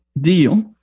deal